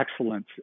excellence